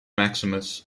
maximus